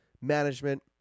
management